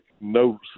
no